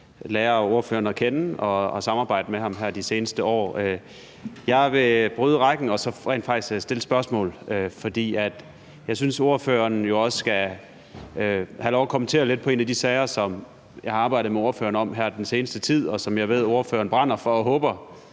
lære ordføreren at kende og samarbejde med ham her i de seneste år. Jeg vil bryde rækken og så rent faktisk stille et spørgsmål, for jeg synes jo også, ordføreren skal have lov at kommentere lidt på en af de sager, som jeg har arbejdet med ordføreren om her den seneste tid, og som jeg ved at ordføreren brænder for, og som